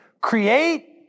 Create